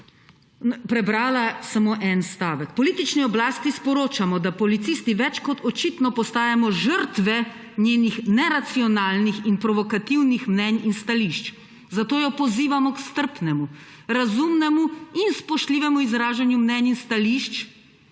prebrala samo en stavek. »Politični oblasti sporočamo, da policisti več kot očitno postajamo žrtve njenih neracionalnih in provokativnih mnenj in stališč. Zato jo pozivamo k strpnemu, razumnemu in spoštljivemu izražanju mnenj in stališč